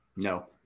No